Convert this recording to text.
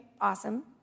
awesome